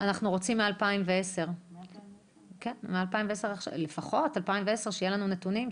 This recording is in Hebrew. אנחנו רוצים מ-2010 לפחות, שיהיו לנו נתונים.